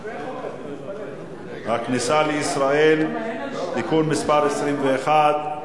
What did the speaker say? הכניסה לישראל (תיקון מס' 21),